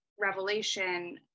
revelation